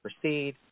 proceed